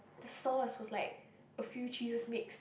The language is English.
the sauce was like a few cheeses mixed